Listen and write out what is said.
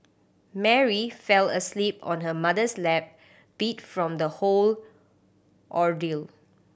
Mary fell asleep on her mother's lap beat from the whole ordeal